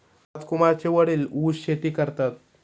राजकुमारचे वडील ऊस शेती करतात